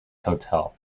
hotel